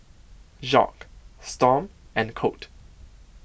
Jacques Storm and Colt